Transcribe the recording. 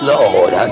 Lord